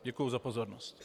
Děkuji za pozornost.